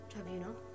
Tribunal